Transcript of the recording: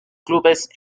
clubes